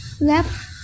left